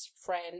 friend